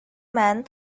man